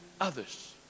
others